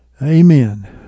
Amen